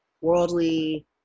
worldly